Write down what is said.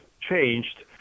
changed